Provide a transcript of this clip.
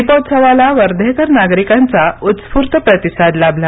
दीपोत्सवाला वर्धेकर नागरिकांचा उत्स्फूर्त प्रतिसाद लाभला